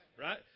right